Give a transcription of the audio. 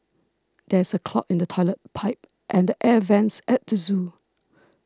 there is a clog in the Toilet Pipe and the Air Vents at the zoo